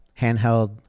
handheld